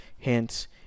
Hence